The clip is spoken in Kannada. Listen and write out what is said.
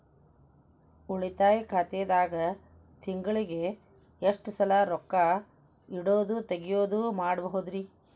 ಉಳಿತಾಯ ಖಾತೆದಾಗ ತಿಂಗಳಿಗೆ ಎಷ್ಟ ಸಲ ರೊಕ್ಕ ಇಡೋದು, ತಗ್ಯೊದು ಮಾಡಬಹುದ್ರಿ?